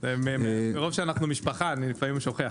מרוב שאנחנו משפחה, לפעמים אני שוכח.